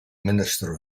minister